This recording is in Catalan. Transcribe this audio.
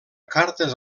cartes